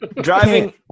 Driving